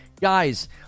Guys